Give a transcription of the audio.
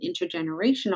intergenerational